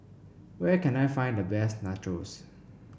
where can I find the best Nachos